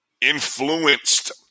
influenced